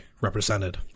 represented